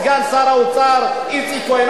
סגן שר האוצר איציק כהן,